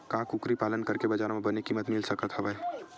का कुकरी पालन करके बजार म बने किमत मिल सकत हवय?